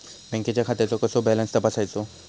बँकेच्या खात्याचो कसो बॅलन्स तपासायचो?